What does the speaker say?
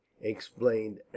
explained